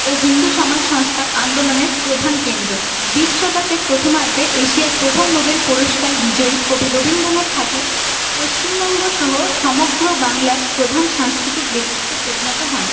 ও হিন্দু সমাজ সংস্কার আন্দোলনের প্রধান কেন্দ্র বিশ শতকের প্রথমার্দ্ধে এশিয়ার প্রথম নোবেল পুরস্কার বিজয়ী কবি রবীন্দ্রনাথ ঠাকুর পশ্চিমবঙ্গ সহ সমগ্র বাংলার প্রধান সাংস্কৃতিক ব্যক্তিত্বে পরিণত হন